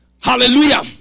Hallelujah